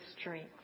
strength